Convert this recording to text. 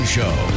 Show